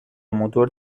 موتور